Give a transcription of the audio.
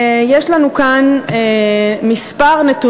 יש לנו כאן כמה נתונים,